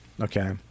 Okay